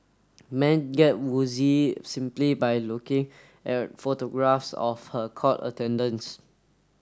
men get woozy simply by looking at photographs of her court attendance